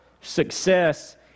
success